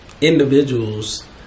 individuals